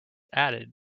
added